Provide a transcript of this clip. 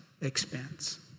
expense